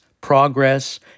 progress